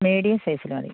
medium സൈസിൽ മതി